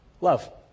Love